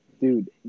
dude